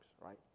right